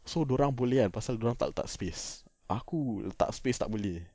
so dia orang boleh ah pasal dia orang tak letak space aku letak space tak boleh